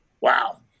Wow